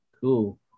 Cool